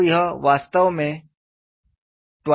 तो यह वास्तव में ट्वाइस u y है